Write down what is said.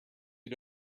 who